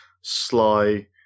sly